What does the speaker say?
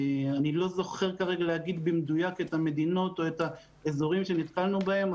אני לא זוכר כרגע להגיד במדויק את המדינות או האזורים שנתקלנו בהם,